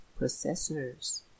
processors